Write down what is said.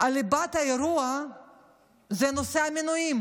שליבת האירוע זה נושא המינויים,